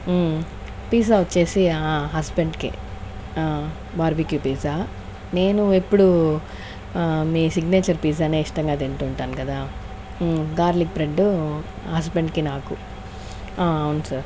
pizza వచ్చేసి హస్బెండ్కే barbecue pizza నేను ఎప్పుడూ మీ సిగ్నేచర్ పిజ్జానే ఇష్టంగా తింటుంటాను కదా గార్లిక్ బ్రెడ్డు హస్బెండ్కి నాకు అవును సార్